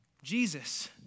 Jesus